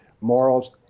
morals